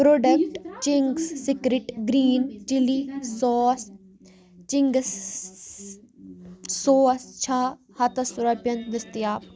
product Ching's secret green chilli sauce Ching's sauce چھا ہتس رۄپیَن دٔستِیاب